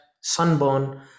sunburn